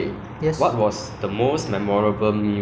uh bukit panjang train terminal you know this place